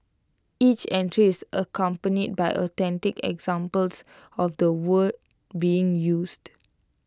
each entry is accompanied by authentic examples of the word being used